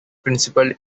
principle